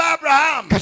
Abraham